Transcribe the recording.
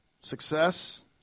Success